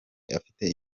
afite